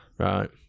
Right